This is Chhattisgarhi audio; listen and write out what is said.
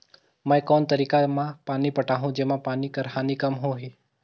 मैं कोन तरीका म पानी पटाहूं जेमा पानी कर हानि कम होही?